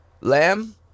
lamb